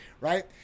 right